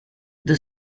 the